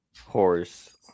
horse